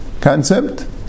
concept